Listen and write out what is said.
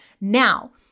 Now